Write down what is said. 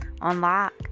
Unlock